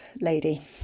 lady